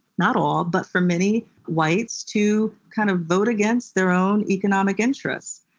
not all, but for many whites to kind of vote against their own economic interests.